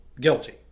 guilty